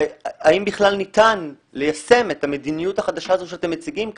האם בכלל ניתן ליישם את המדיניות החדשה הזו שאתם מציגים כאן?